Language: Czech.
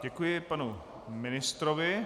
Děkuji panu ministrovi.